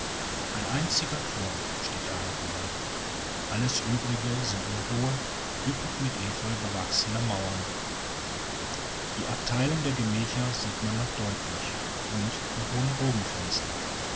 ein einziger turm steht erhalten da alles übrige sind nur hohe üppig mit efeu bewachsene mauern die abteilungen der gemächer sieht man noch deutlich und die hohen